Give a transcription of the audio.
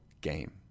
game